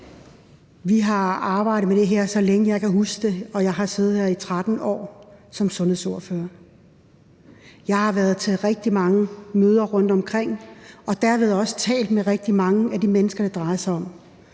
Vi har arbejdet med det her, så længe jeg kan huske, og jeg har siddet her i 13 år som sundhedsordfører. Jeg har været til rigtig mange møder rundtomkring og derved også talt med rigtig mange af de mennesker, det drejer sig om,